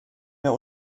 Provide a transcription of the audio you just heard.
mehr